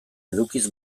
edukiz